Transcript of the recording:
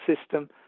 system